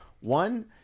One